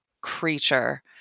creature